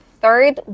third